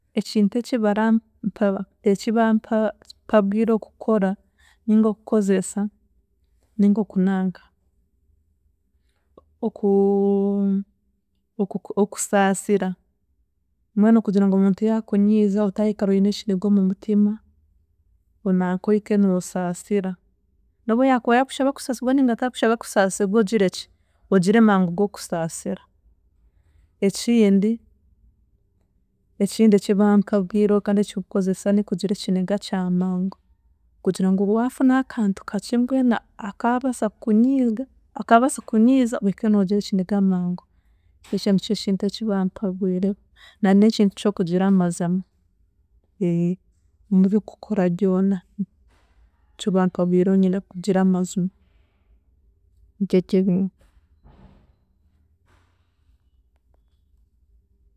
Ekintu ekibarampa ekibampabwire okukora ninga okukozesa nink'okunanka oku- okuku okusaasira mbwenu kugira ngu omuntu yaakunyiiza atayikara oine ekiniga omu mutima, onanke ohike noosaasira n'obuyaakuba yaakushaba okusaasiibwa ninga ataakusha akusaasiibwa, ogireki ogire mangu g'okusaasiira. Ekindi, ekindi eki bampabwireho kandi ekinkukozesa n'okugira ekiniga kyamangu, kugira ngu waafunaho akantu kakye mbwenu akaabaasa kukunyiiiga, akaabaasa kukunyiiza, ohike noogira ekiniga mangu, ekyo nikyo kintu eki bampabwireho na n'ekintu ky'okugira amazima, omu byokukora byona nikyo, bampabwireho nyine kugira amazima, niryeryo ebintu.